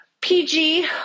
pg